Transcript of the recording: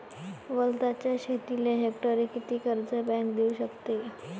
वलताच्या शेतीले हेक्टरी किती कर्ज बँक देऊ शकते?